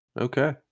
Okay